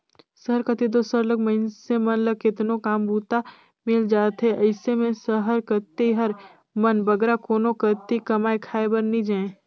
सहर कती दो सरलग मइनसे मन ल केतनो काम बूता मिल जाथे अइसे में सहर कती कर मन बगरा कोनो कती कमाए खाए बर नी जांए